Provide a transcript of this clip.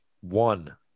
One